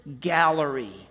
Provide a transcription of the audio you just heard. gallery